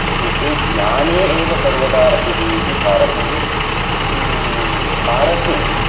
इत्युक्ते ज्ञाने एव सर्वदा रतिः इति भारतं भारते